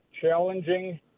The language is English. challenging